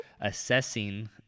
assessing